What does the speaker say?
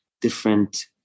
different